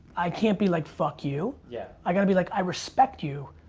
i can't be like, fuck you. yeah. i gotta be like, i respect you.